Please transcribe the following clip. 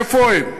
איפה הם?